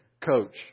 coach